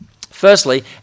Firstly